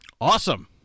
Awesome